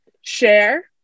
SHARE